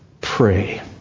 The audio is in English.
pray